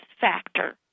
factor